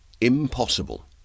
impossible